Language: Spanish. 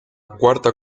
cuarta